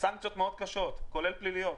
סנקציות מאוד קשות, כולל פליליות.